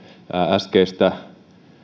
äskeistä